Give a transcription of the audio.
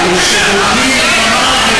תשתוק.